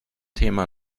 thema